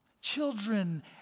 Children